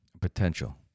Potential